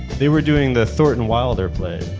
they were doing the thornton wilder play,